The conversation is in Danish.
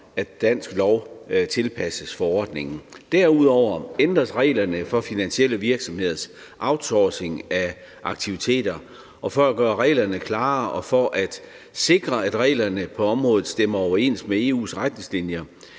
at dansk lov tilpasses forordningen. Derudover ændres reglerne for finansielle virksomheders outsourcing af aktiviteter – for at gøre reglerne klarere og for at sikre, at reglerne på området stemmer overens med EU's retningslinjer.